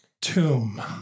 Tomb